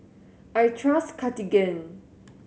I trust Cartigain